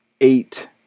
eight